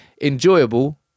enjoyable